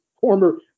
Former